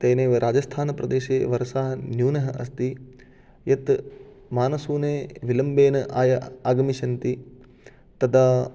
तेनैव राजस्थानप्रदेशे वर्षा न्यूना अस्ति यत् मानसूने विलम्बेन आय अगमिष्यन्ति तदा